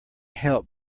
help